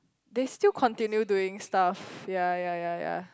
they still continue doing stuff ya ya ya ya